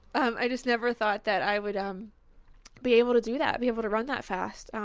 i just never thought that i would um be able to do that, be able to run that fast!